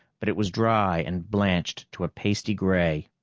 but it was dry and blanched to a pasty gray.